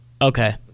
okay